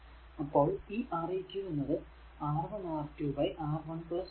അപ്പോൾ ഈ R eq R1 R2 R1 R2